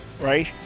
right